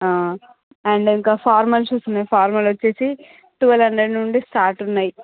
and ఇంకా formal shoes ఉన్నాయి formal వచ్చేసి ట్వల్వ్ హండ్రెడ్ నుండి స్టార్ట్ ఉన్నాయి